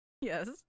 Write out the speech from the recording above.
Yes